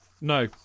No